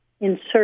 Insert